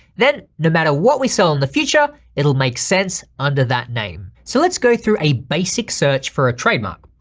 then no matter what we sell in the future, it'll make sense under that name. so let's go through a basic search for a trademark.